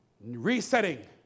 resetting